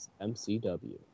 MCW